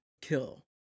kill